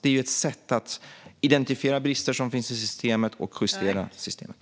Det är ett sätt att identifiera brister i systemet och att justera systemet.